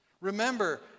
Remember